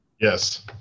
Yes